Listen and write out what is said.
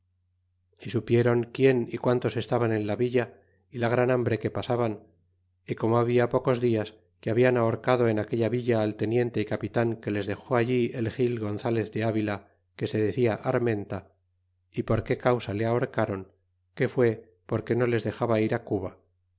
y supieron quién y quntos estaban en la villa y la gran hambre que pasaban y como habla pocos dias que hablan ahorcado en aquella villa al teniente y capitan que les dexó allí el gil gonzalez de avila que se decía armenta y por que causa le ahorcáron que fué porque no les dexaba ir cuba